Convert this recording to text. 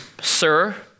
sir